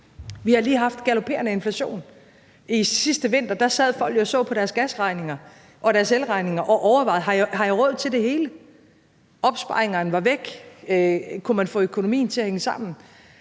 Vi har lige haft en galoperende inflation. Sidste vinter sad folk jo og så på deres gas- og elregninger og overvejede, om de havde råd til det hele; opsparingerne var væk, så kunne man få økonomien til at hænge sammen?